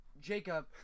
Jacob